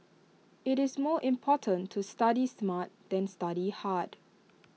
IT is more important to study smart than study hard